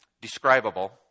Describable